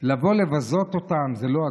לבוא לבזות אותם, זו לא הדרך.